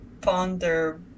ponder